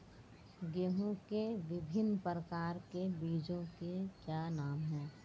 गेहूँ के विभिन्न प्रकार के बीजों के क्या नाम हैं?